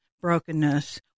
brokenness